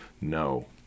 no